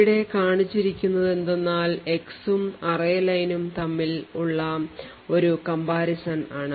ഇവിടെ കാണിച്ചിരിക്കുന്നതെന്തെന്നാൽ x ഉം array line നും തമ്മിൽ ഉള്ള ഒരു comparison ആണ്